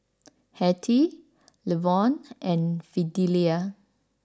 Hattie Levon and Fidelia